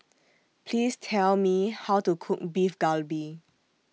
Please Tell Me How to Cook Beef Galbi